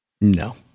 No